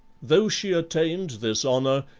though she attained this honor,